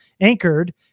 anchored